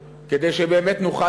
כדי שבאמת נוכל,